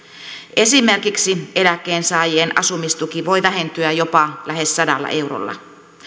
esimerkiksi eläkkeensaajien asumistuki voi vähentyä jopa lähes sadalla eurolla